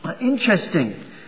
interesting